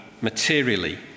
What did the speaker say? materially